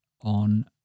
on